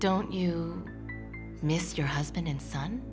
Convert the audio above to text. don't you miss your husband and son